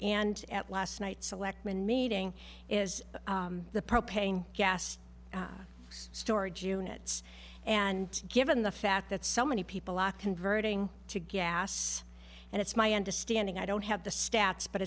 and at last night's selectmen meeting is the propane gas storage units and given the fact that so many people are converting to get ass and it's my understanding i don't have the stats but